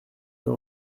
veut